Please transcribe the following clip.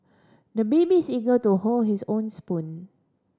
the baby is eager to hold his own spoon